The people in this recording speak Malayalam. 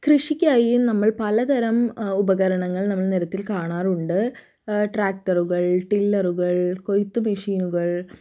കൃഷിക്കായി നമ്മൾ പലതരം ഉപകരണങ്ങൾ നമ്മൾ നിരത്തിൽ കാണാറുണ്ട് ട്രാക്ടറുകൾ ടില്ലറുകൾ കൊയ്ത്ത് മെഷീനുകൾ